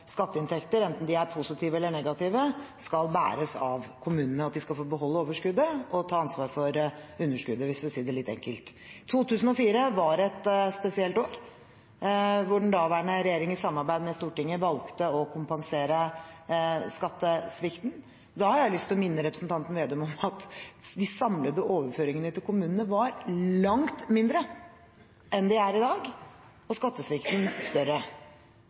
skatteinntekter, enten de er positive eller negative, skal bæres av kommunene, at de skal få beholde overskuddet og ta ansvar for underskuddet – for å si det litt enkelt. 2004 var et spesielt år, da den daværende regjering i samarbeid med Stortinget valgte å kompensere skattesvikten. Jeg har lyst til å minne representanten Slagsvold Vedum om at de samlede overføringene til kommunene da var langt mindre enn de er i dag, og skattesvikten større.